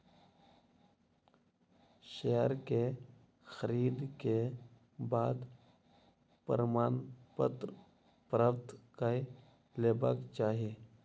share के खरीद के बाद प्रमाणपत्र प्राप्त कय लेबाक चाही